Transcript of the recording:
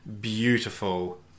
beautiful